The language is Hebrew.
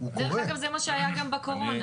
זה מה שהיה גם בקורונה.